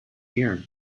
year